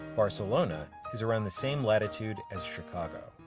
barcelona is around the same latitude as chicago.